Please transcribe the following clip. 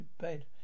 bed